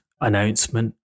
announcement